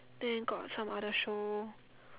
then got some other show